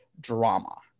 drama